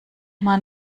man